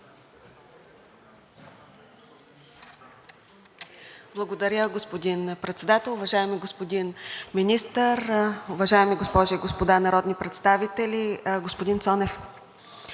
Благодаря, господин Председател. Уважаеми господин Министър, уважаеми госпожи и господа народни представители! Господин Цонев,